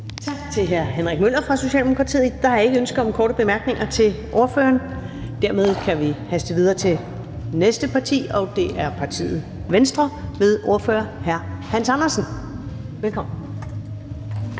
Tak til hr. Henrik Møller fra Socialdemokratiet. Der er ikke ønske om korte bemærkninger til ordføreren. Dermed kan vi haste videre til næste parti, og det er partiet Venstre ved ordfører hr. Hans Andersen. Velkommen.